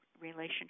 relationship